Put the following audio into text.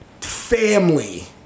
family